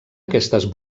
aquestes